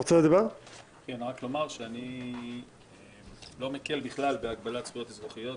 אני רוצה לומר שאני לא מקבל בכלל בהגבלת זכויות אזרחיות.